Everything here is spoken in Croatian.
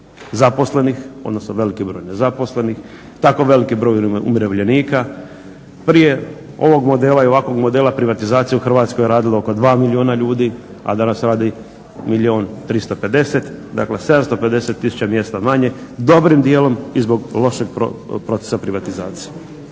zaposlenih, odnosno veliki broj nezaposlenih, tako veliki broj umirovljenika. Prije ovog modela i ovakvog modela privatizacije u Hrvatskoj je radilo oko 2 milijuna ljudi, a danas radi milijun 350 dakle 750 tisuća mjesta manje, dobrim dijelom i zbog lošeg procesa privatizacije.